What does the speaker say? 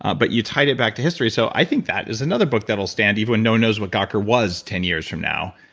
ah but you tied it back to history. so i think that is another book that'll stand even when no one knows what gawker was ten years from now,